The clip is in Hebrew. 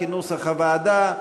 כנוסח הוועדה,